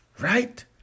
right